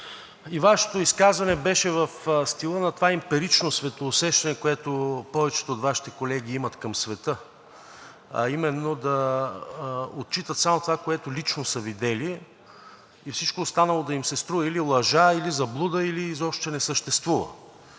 И Вашето изказване беше в стила на това емпирично светоусещане, което повечето от вашите колеги имат към света, а именно да отчитат само това, което лично са видели и всичко останало да им се струва или лъжа, или заблуда, или изобщо, че не съществува.